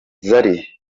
zari